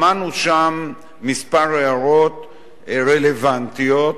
שמענו שם כמה הערות רלוונטיות,